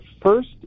first